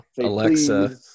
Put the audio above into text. Alexa